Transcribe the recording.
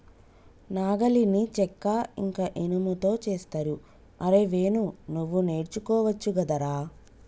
నాగలిని చెక్క ఇంక ఇనుముతో చేస్తరు అరేయ్ వేణు నువ్వు నేర్చుకోవచ్చు గదరా